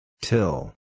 Till